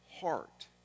heart